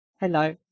Hello